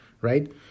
right